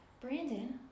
brandon